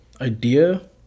idea